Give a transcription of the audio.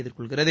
எதிர்கொள்கிறது